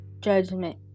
judgment